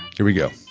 here we go